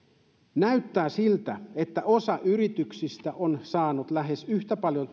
näyttää siltä että osa yrityksistä on saanut tukea lähes yhtä paljon